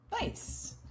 Nice